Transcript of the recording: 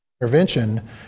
intervention